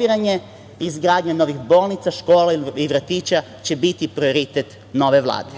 i izgradnja novih bolnica, škola i vrtića će biti prioritet nove Vlade.